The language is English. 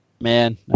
man